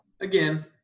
again